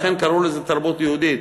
לכן קראו לזה תרבות יהודית.